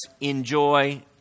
enjoy